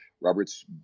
Robert's